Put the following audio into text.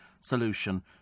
solution